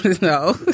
No